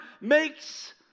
makes